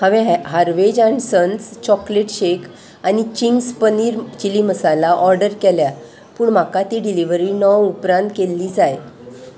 हांवें Harvey's and Sons chocolate shake आनी Ching's paneer chilli masala order केल्या पूण म्हाका ती डिलिव्हरी णव उपरांत केल्ली जाय